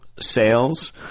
sales